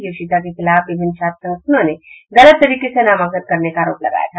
योशिता के खिलाफ विभिन्न छात्र संगठनों ने गलत तरीके से नामांकन करने का आरोप लगाया था